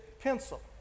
pencil